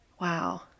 wow